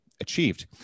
achieved